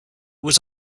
was